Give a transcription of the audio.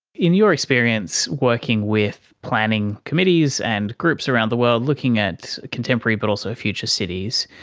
in your experience working with planning committees and groups around the world looking at contemporary but also future cities,